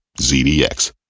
ZDX